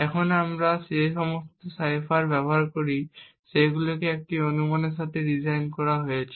এখন আমরা যে সমস্ত সাইফার ব্যবহার করি সেগুলিকে এই অনুমানের সাথে ডিজাইন করা হয়েছে